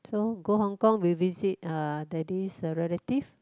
so go Hong-Kong we visit uh daddy's relative